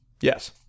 Yes